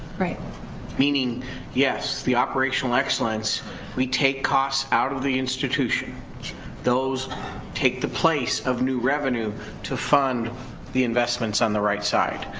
meaning yes, the operational excellence we take costs out of the institutions those take the place of new revenue to fund the investments on the right side,